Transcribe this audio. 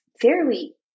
fairly